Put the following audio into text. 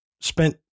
spent